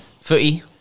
Footy